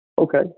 Okay